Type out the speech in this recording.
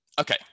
okay